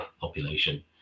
population